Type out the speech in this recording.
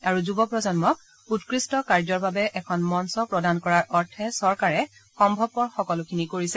আৰু যুৱ প্ৰজন্মক উৎকৃষ্ট কাৰ্যৰ বাবে এখন মঞ্চ প্ৰদান কৰাৰ অৰ্থে চৰকাৰে সম্ভৱপৰ সকলোখিনি কৰিছে